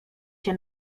się